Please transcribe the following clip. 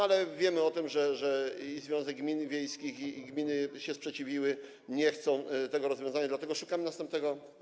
Ale wiemy o tym, że i Związek Gmin Wiejskich, i gminy się sprzeciwiły, nie chcą tego rozwiązania, dlatego szukamy następnego.